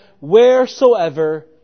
wheresoever